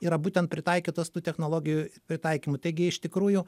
yra būtent pritaikytos tų technologijų pritaikymu taigi iš tikrųjų